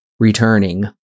returning